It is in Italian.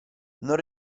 non